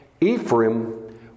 Ephraim